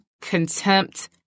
contempt